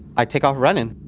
i take off running